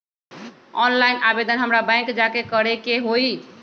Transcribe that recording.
Online आवेदन हमरा bank जाके करे के होई?